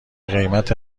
قیمت